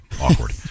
Awkward